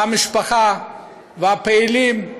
המשפחה והפעילים,